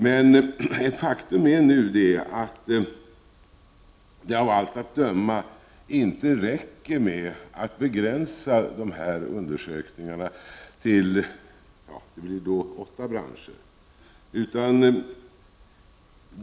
Men faktum är nu att det av allt att döma inte räcker med att begränsa de här undersökningarna till — som det blir — åtta branscher.